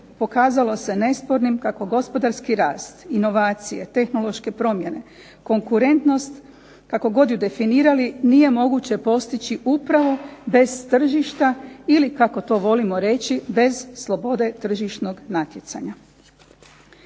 pokazalo se nespornim kako gospodarski rast, inovacije, tehnološke promjene, konkurentnost, kako god ju definirali, nije moguće postići upravu bez tržišta ili kako to volimo reći bez slobode tržišnog natjecanja.